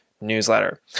newsletter